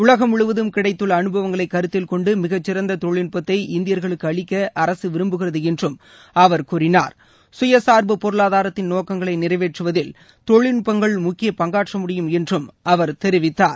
உலகம் முழுவதும் கிடைத்துள்ள அனுபவங்களை கருத்தில் கொண்டு மிகச்சிறந்த தொழில்நுட்பத்தை இந்தியர்களுக்கு அளிக்க அரசு விரும்புகிறது என்றும் அவர் கூறினார் சுயசார்பு பொருளாதாரத்தின் நோக்கங்களை நிறைவேற்றுவதில் தொழில்நட்பங்கள் முக்கிய பங்காற்ற முடியும் என்றும் அவர் தெரிவித்தார்